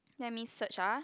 let me search ah